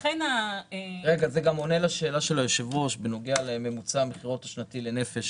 זה גם נוגע לשאלה של היושב-ראש בנוגע לממוצע המכירות השנתי לנפש,